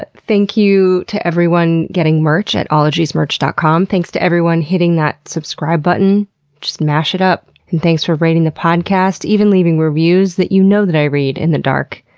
thank you to everyone getting merch at ologiesmerch dot com. thanks to everyone hitting that subscribe button just mash it up. and thanks for rating the podcast, even leaving reviews that you know that i read, in the dark,